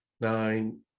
nine